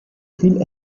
viel